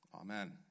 Amen